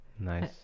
Nice